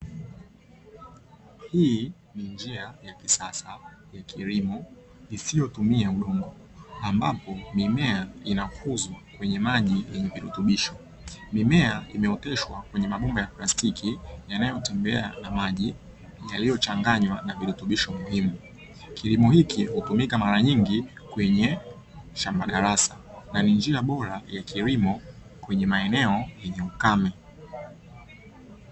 Hii ni njia ya kisasa ya kilimo isiyotumia udongo ambapo mimea inakuzwa kwenye maji yenye virutubisho. Mimea imeoteshwa kwenye mabomba ya plastiki yanayotembea na maji yaliyochanganywa na virutubisho muhimu. Kilimo hiki hutumika mara nyingi kwenye shamba darasa na ni njia bora ya kilimo kwenye maeneo yenye ukame.